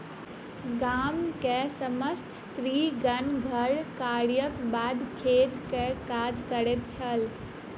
गामक समस्त स्त्रीगण घर कार्यक बाद खेतक काज करैत छल